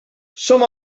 som